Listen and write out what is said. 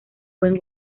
buen